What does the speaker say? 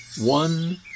One